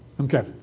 Okay